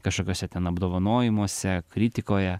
kažkokiuose ten apdovanojimuose kritikoje